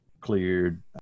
cleared